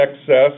excess